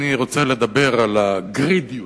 רוצה לדבר על הגרידיות,